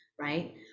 right